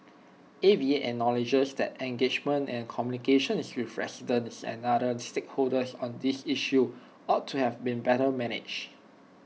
A V A acknowledges that engagement and communications with residents and other stakeholders on this issue ought to have been better managed